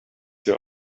hier